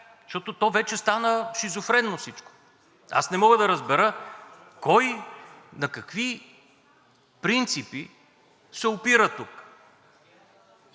защото вече всичко стана шизофренно. Аз не мога да разбера кой на какви принципи се опира тук?!